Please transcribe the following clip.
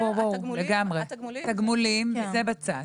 התגמולים בצד.